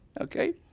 okay